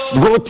go